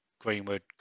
Greenwood